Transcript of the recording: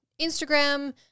Instagram